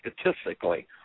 statistically